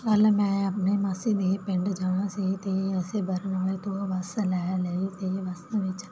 ਕੱਲ੍ਹ ਮੈਂ ਆਪਣੇ ਮਾਸੀ ਦੇ ਪਿੰਡ ਜਾਣਾ ਸੀ ਅਤੇ ਅਸੀਂ ਬਰਨਾਲੇ ਤੋਂ ਬੱਸ ਲੈ ਲਈ ਅਤੇ ਬੱਸ ਵਿਚ